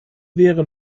wäre